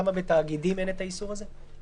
למה בתאגידים אין את האיסר הזה?